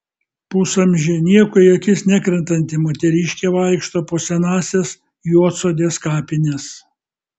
pusamžė niekuo į akis nekrentanti moteriškė vaikšto po senąsias juodsodės kapines